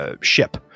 Ship